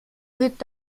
wird